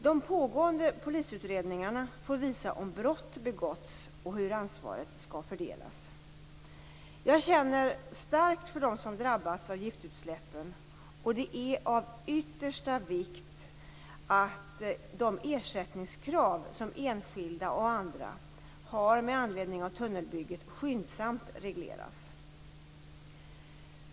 De pågående polisutredningarna får visa om brott begåtts och hur ansvaret skall fördelas. Jag känner starkt för dem som drabbats av giftutsläppen, och det är av yttersta vikt att de ersättningskrav som enskilda och andra har med anledning av tunnelbygget skyndsamt regleras.